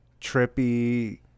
trippy